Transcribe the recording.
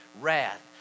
Wrath